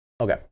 Okay